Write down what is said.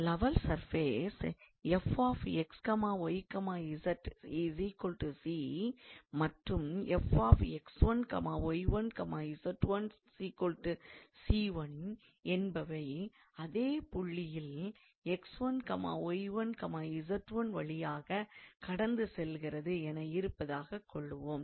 level surface 𝑓𝑥𝑦𝑧 𝑐 மற்றும் 𝑓𝑥1𝑦1𝑧1 𝑐1 என்பவை அதே புள்ளி 𝑥1𝑦1𝑧1 வழியாகக் கடந்து செல்கிறது என இருப்பதாகக் கொள்வோம்